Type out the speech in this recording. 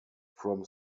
from